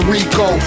Rico